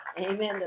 Amen